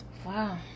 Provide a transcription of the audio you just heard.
Wow